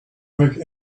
like